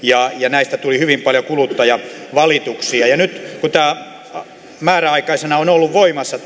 näistä tuli hyvin paljon kuluttajavalituksia nyt kun tämä puhelinmarkkinointikielto määräaikaisena on ollut voimassa